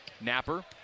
Napper